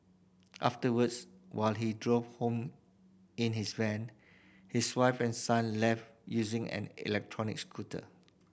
afterwards while he drove home in his van his wife and son left using an electric scooter